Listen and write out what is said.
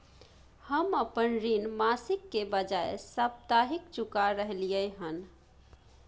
हम अपन ऋण मासिक के बजाय साप्ताहिक चुका रहलियै हन